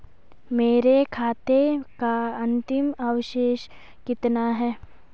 मेरे खाते का अंतिम अवशेष कितना है?